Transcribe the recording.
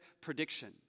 prediction